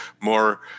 more